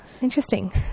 interesting